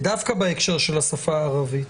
ודווקא בהקשר השפה הערבית,